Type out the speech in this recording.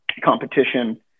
competition